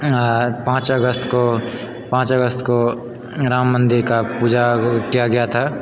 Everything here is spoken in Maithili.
आओर पाँच अगस्त को पाँच अगस्त को राम मन्दिर का पूजा किया गया था